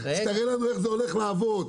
שתראה לנו איך זה הולך לעבוד,